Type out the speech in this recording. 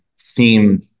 theme